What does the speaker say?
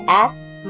asked